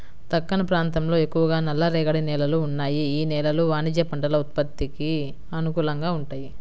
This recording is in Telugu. దక్కన్ ప్రాంతంలో ఎక్కువగా నల్లరేగడి నేలలు ఉన్నాయి, యీ నేలలు వాణిజ్య పంటల ఉత్పత్తికి అనుకూలంగా వుంటయ్యి